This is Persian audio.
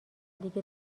دیگه